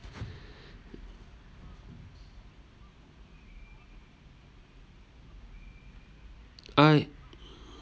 I